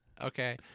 Okay